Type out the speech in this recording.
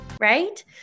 Right